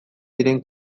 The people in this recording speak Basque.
diren